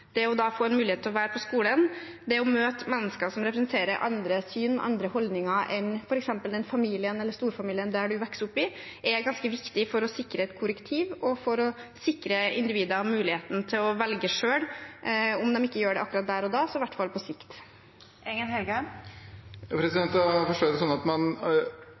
å få en mulighet til å være på skolen og møte mennesker som representerer andre syn, andre holdninger enn f.eks. den familien eller storfamilien en vokser opp i, er ganske viktig for å sikre et korrektiv og for å sikre individer muligheten til å velge selv – om de ikke gjør det akkurat der og da, så i hvert fall på sikt. Da forstår jeg det sånn at man